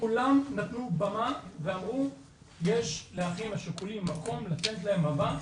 כולן נתנו במה ואמרו 'יש לאחים השכולים מקום לתת להם במה,